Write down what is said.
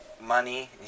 money